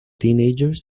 teenagers